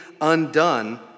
undone